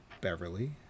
Beverly